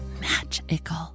magical